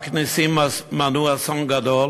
רק נסים מנעו אסון גדול,